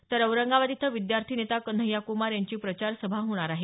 तर औरंगाबाद इथं विद्यार्थी नेता कन्हैया क्मार यांची प्रचार सभा होणार आहे